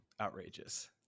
outrageous